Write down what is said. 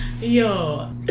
Yo